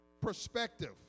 perspective